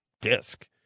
disc